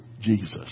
Jesus